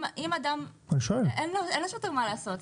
אין לשוטר מה לעשות.